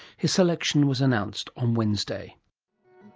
his selection was announced on wednesday